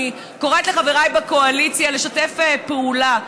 אני קוראת לחבריי בקואליציה לשתף פעולה.